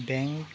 bank